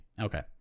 Okay